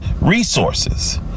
resources